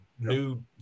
new